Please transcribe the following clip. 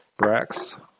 Brax